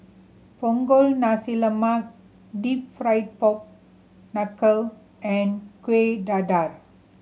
Punggol Nasi Lemak Deep Fried Pork Knuckle and Kueh Dadar